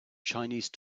chinese